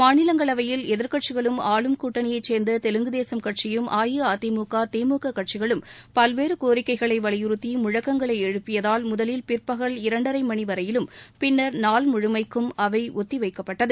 மாநிலங்களவையில் எதிர்க்கட்சிகளும் ஆளும் கூட்டணியைச் சேர்ந்த தெலுங்கு தேசம் கட்சியும் அஇஅதிமுக திமுக கட்சிகளும் பல்வேறு கோரிக்கைகளை வலியுறுத்தி முழக்கங்களை எழுப்பியதால் முதலில் பிற்பகல் இரண்டரை மணிவரையிலும் பின்னர் நாள் முழுமைக்கும் அவை ஒத்திவைக்கப்பட்டது